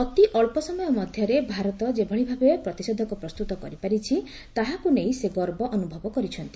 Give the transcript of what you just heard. ଅତି ଅଳ୍ପ ସମୟ ମଧ୍ୟରେ ଭାରତ ଯେଭଳି ଭାବେ ପ୍ରତିଷେଧକ ପ୍ରସ୍ତୁତ କରିପାରିଛି ତାହାକୁ ନେଇ ସେ ଗର୍ବ ଅନୁଭବ କରିଛନ୍ତି